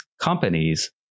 companies